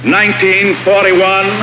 1941